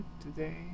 today